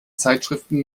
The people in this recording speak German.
zeitschriften